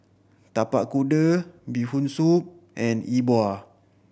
Tapak Kuda Bee Hoon Soup and E Bua